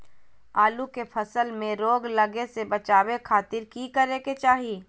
आलू के फसल में रोग लगे से बचावे खातिर की करे के चाही?